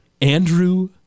Andrew